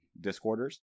Discorders